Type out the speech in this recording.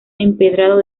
empedrado